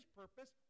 purpose